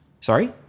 Sorry